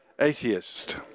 atheist